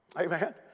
Amen